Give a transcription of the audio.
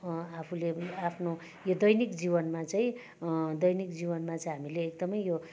आफूले आफ्नो यो दैनिक जीवनमा चाहिँ दैनिक जीवनमा चाहिँ हामीले एकदमै यो